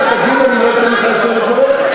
אם אתה תגיב אני לא אתן לך לסיים את דבריך.